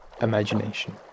imagination